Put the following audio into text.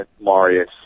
Marius